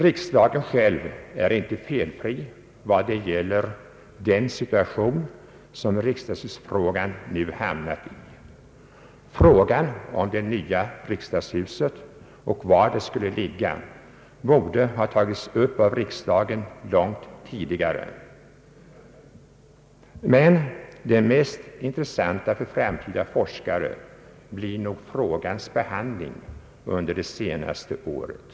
Riksdagen själv är inte felfri när det gäller den situation som riksdagshusfrågan nu hamnat i. Frågan om det nya riksdagshuset och dess förläggning borde ha tagits upp av riksdagen långt tidigare. Men det mest intressanta för framtida forskare blir nog frågans behandling under det senaste året.